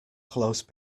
close